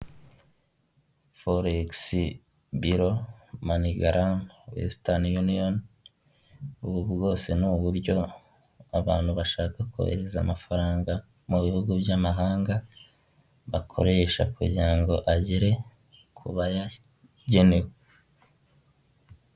Foregisi biro, manigaramu, wesitani yuniyoni, ubu bwose ni uburyo abantu bashaka kohereza amafaranga mu bihugu by'amahanga bakoresha kugira ngo agere kubayagenewe.